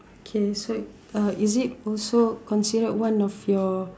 K so uh is it also considered one of your